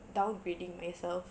downgrading myself